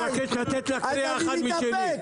אז אני מתאפק,